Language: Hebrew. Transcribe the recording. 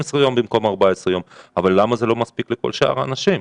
יום במקום 14 יום זה לא מספיק לכל שאר האנשים?